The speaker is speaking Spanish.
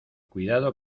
cuidado